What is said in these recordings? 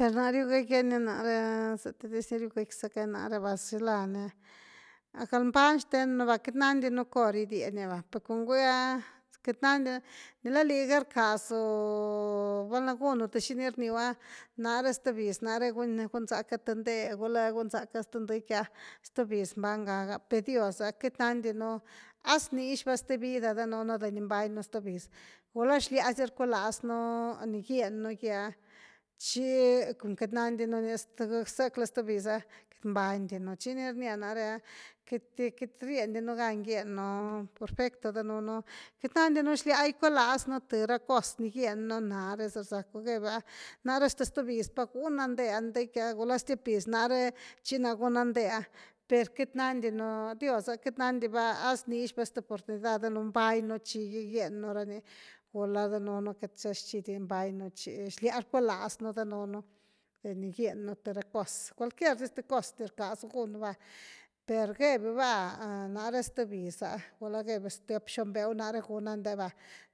Per na’re riugëckia ni nare ah, sati dis ni riu gëckizaca ni nare va xilani, galbani xten un va wueity nandi nú cor gigieni va, per com bguï ah queity nandinu. nicla liga rcasu, val’na gunu th xini rniu ah, nare st’ bis, nare guzacka th nde, gula gunzacka sth ndicky ah st’ biz mkbañ gaga, per dios ah queity nandinua snixva sth vida danunu de ni bmañnu sth bz, gula xlia si rcualaznuni gieñnu gy ah chi com queity andinu ni sack la sth biz ah queity mbañdinu, chi ni rnia nare ah queity riendinu gan gieñnu perfecto danunu, queity nandi nú xlia gucualaznu th ra cos ni gieñnu nare sarsacku gebiu ah nare sth biz pa guna nde ah ndiqui ah, gula hasta stiop gys nare chi na guna nde’aper queity nandinu, dios ah queity nanndi va a snixva sth oportunidad danun mbañnu chi’qui gieñnu r nigula danunu queity sa xi di mbañnu chi xlia rcualaznu danunude ni gieñnu th racos, cualquier dis ra cosni rcasu gunu va per gebiu va nare sth biz ah, gula gebiu stiop, xon bew nare guna nde va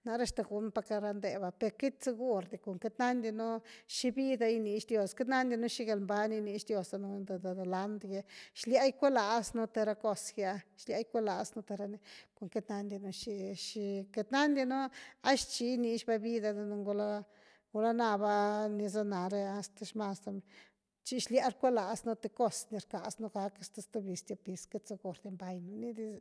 hasta gun pack ara nde va, per queity segur di per com queity nandi´un xi vida ginix dios queity nandi nú xi galbani ginix dios danun de deland gy xlia gicualaz nú th ra cos gy’a, xlia gicualaznu th ra ni, com queity nandinu xi-xi, queity nandinu archi ginix va vida danun gula, gula na va nicla nare ah sth man, chi xlia rcualaznu th cos ni rcaznu gack hasta sth bis, hasta stiop biz queity segur di bmañnu.